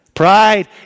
Pride